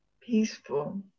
peaceful